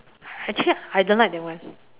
actually I don't like that one